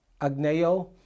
Agneo